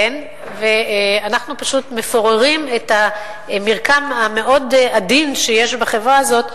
ואנחנו פשוט מפוררים את המרקם המאוד עדין שיש בחברה הזאת,